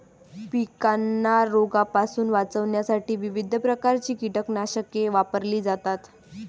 पिकांना रोगांपासून वाचवण्यासाठी विविध प्रकारची कीटकनाशके वापरली जातात